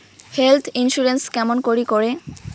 Health insurance কেমন করি করে?